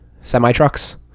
semi-trucks